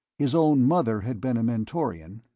his own mother had been a mentorian.